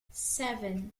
seven